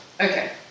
Okay